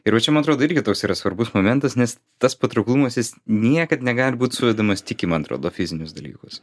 ir va čia man atrodo irgi toks yra svarbus momentas nes tas patrauklumas jis niekad negali būt suvedamas tik į man atrodo fizinius dalykus